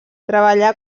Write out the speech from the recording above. treballà